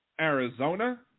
Arizona